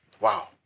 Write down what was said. wow